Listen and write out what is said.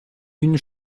une